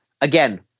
Again